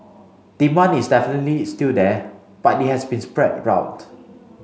demand is definitely still there but it has been spread out